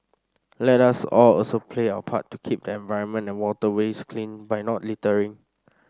let us all also play our part to keep the environment and waterways clean by not littering